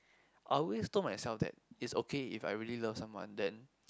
I always told myself that it's okay if I really love someone then